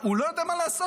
הוא לא יודע מה לעשות,